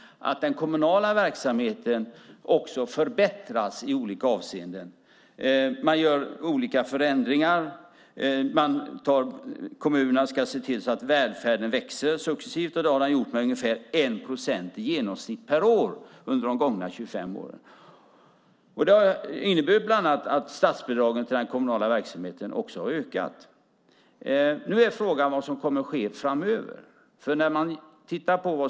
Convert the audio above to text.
Den kommunala verksamheten förbättras i olika avseenden. Man gör förändringar. Kommunerna ska se till att välfärden successivt växer. Det har den gjort med i genomsnitt ungefär 1 procent per år under de gångna 25 åren. Det har bland annat inneburit att statsbidragen till den kommunala verksamheten har ökat. Frågan är vad som kommer att ske framöver.